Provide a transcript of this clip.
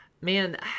man